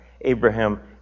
Abraham